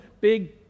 big